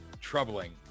troubling